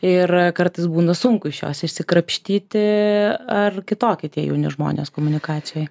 ir kartais būna sunku iš jos išsikrapštyti ar kitokie tie jauni žmonės komunikacijoje